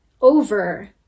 over